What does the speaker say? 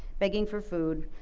begging for food,